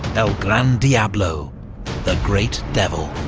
el gran diablo the great devil.